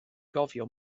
gofio